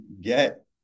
get